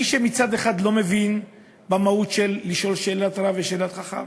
מי שמצד אחד לא מבין את המהות של לשאול שאלת רב ושאלת חכם,